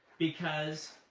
because